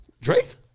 Drake